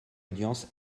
audience